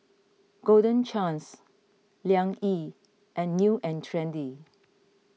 Golden Chance Liang Yi and New and Trendy